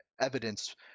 evidence